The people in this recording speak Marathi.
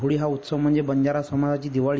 होळी हा म्हणजे बंजारा समाजाची दिवाळीच